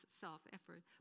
self-effort